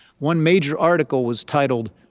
one major article was titled,